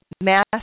mass